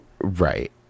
Right